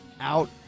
out